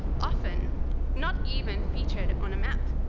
often not even featured on a map.